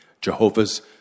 Jehovah's